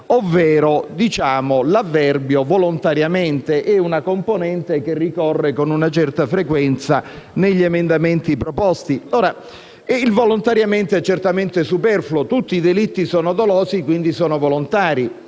ovvero l'avverbio «volontariamente»: è una componente che ricorre con una certa frequenza negli emendamenti proposti. Il «volontariamente» è certamente superfluo; tutti i delitti sono dolosi e quindi sono volontari.